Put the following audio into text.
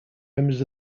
members